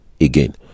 again